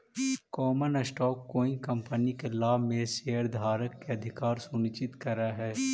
common stock कोई company के लाभ में शेयरधारक के अधिकार सुनिश्चित करऽ हई